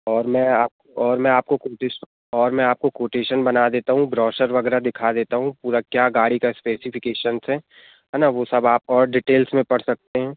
और मैं आपको और मैं आपको और मैं आपको क्वोटेशन बना देता हूँ ब्रोशर वगैरह दिखा देता हूँ पूरा क्या गाड़ी का स्पेसिफ़िकेशनस है है ना वो सब आप और डिटेल्स में पढ़ सकते हैं